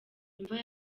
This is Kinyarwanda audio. imva